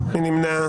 מי נמנע?